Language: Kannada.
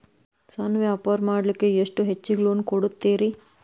ಸಣ್ಣ ವ್ಯಾಪಾರ ಮಾಡ್ಲಿಕ್ಕೆ ಎಷ್ಟು ಹೆಚ್ಚಿಗಿ ಲೋನ್ ಕೊಡುತ್ತೇರಿ?